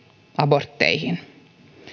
abortteihin